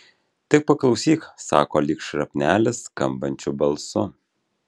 tik paklausyk sako lyg šrapnelis skambančiu balsu